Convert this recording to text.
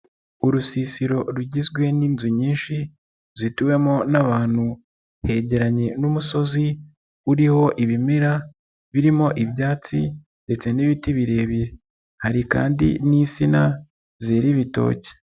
Urusisiro rugizwe n'inzu nyinshi zituwemo n'abantu, hegeranye n'umusozi uriho ibimera, birimo ibyatsi ndetse n'ibiti birebire, hari kandi n'isina zera ibitoki.